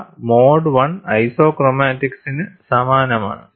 അവ mode I ഐസോക്രോമാറ്റിക്സിന് സമാനമാണ്